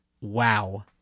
Wow